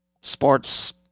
sports